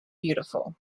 beautiful